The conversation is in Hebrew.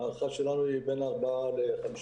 ההערכה שלנו היא בין 4% ל-15%.